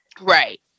Right